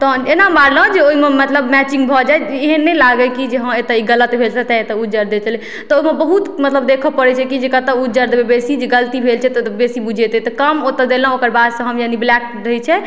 तहन एना मारलहुॅं जे ओहिमे मतलब मैचिंग भऽ जाइ एहन नहि लागै कि जे हँ एतऽ ई गलत भेल छलै तैं एतऽ उज्जर देल छलै तऽ ओहिमे बहुत मतलब देखऽ पड़ै छै कि जे कतऽ उज्जर देबै बेसी जे गलती भेल छै तऽ बेसी बुझैतै तऽ कम ओतऽ देलहुॅं ओकरबाद सऽ हम यानि ब्लैक रहै छै